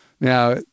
Now